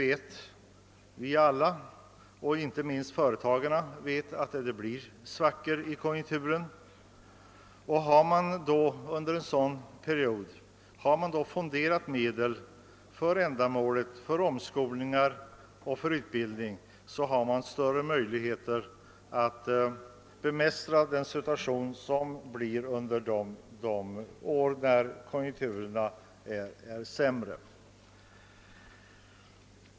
Vi vet alla och inte minst företagarna att det blir svackor i konjunkturen. Har företagen under en period av goda år fonderat medel för omskolning och utbildning, har de större möjligheter att bemästra den situation som uppstår när konjunkturerna blir sämre.